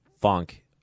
funk